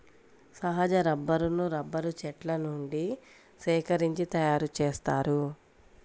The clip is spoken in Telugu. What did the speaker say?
సహజ రబ్బరును రబ్బరు చెట్ల నుండి సేకరించి తయారుచేస్తారు